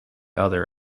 other